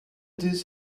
this